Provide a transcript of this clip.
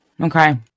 Okay